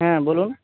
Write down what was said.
হ্যাঁ বলুন